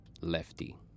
Lefty